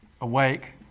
awake